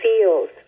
feels